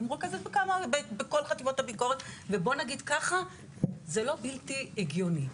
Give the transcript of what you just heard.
היא מרוכזת בכל חטיבות הביקורת ובוא נגיד ככה זה לא בלתי הגיוני,